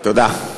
תודה.